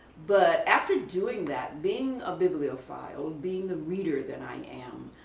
but after doing that, being a bibliophile, being the reader that i am,